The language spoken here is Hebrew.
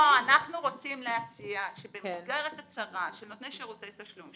אנחנו רוצים להציע שבמסגרת הצהרה של נותני שרותי תשלום,